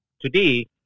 today